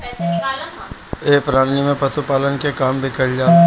ए प्रणाली में पशुपालन के काम भी कईल जाला